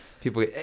people